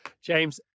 James